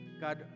God